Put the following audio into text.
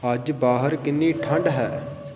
ਅੱਜ ਬਾਹਰ ਕਿੰਨੀ ਠੰਡ ਹੈ